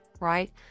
Right